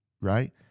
right